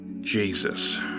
Jesus